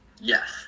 Yes